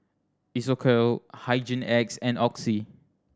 Isocal Hygin X and Oxy